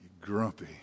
Grumpy